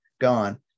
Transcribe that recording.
gone